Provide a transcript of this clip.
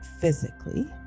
physically